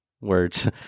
words